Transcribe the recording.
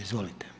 Izvolite.